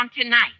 tonight